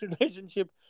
relationship